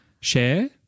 share